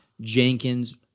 Jenkins